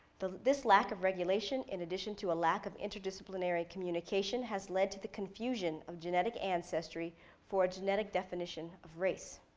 this lack of regulation, in addition to lack of interdisciplinary communication has led to the confusion of genetic ancestry for a genetic definition of race.